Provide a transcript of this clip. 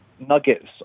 nuggets